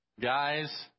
Guys